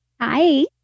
Hi